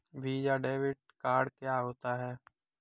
Visa debit card क्या होता है?